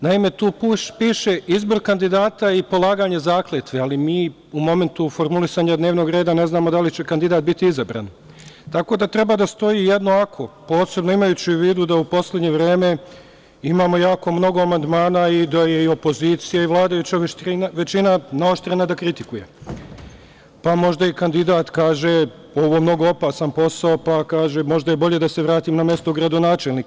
Naime, tu piše – izbor kandidata i polaganje zakletve, ali mi u momentu formulisanja dnevnog reda ne znamo da li će kandidat biti izabran, tako da treba da stoji jedno „ako“, posebno imajući u vidu da u poslednje vreme imamo jako mnogo amandmana i da je i opozicija i vladajuća većina naoštrena da kritikuje, pa možda i kandidat kaže – ovo je mnogo opasan posao, možda je bolje da se vratim na mesto gradonačelnika.